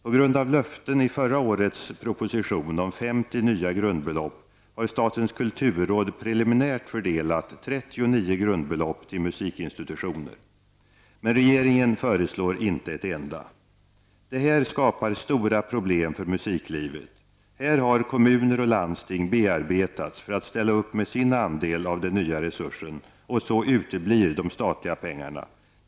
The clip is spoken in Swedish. På grund av löften i förra årets proposition om 50 nya grundbelopp har statens kulturråd preliminärt fördelat 39 grundbelopp till musikinstitutioner. Men regeringen föreslår inte ett enda. Detta skapar stora problem för musiklivet. Här har kommuner och landsting bearbetats för att ställa upp med sin andel av den nya resursen. Och så uteblir de statliga pengarna.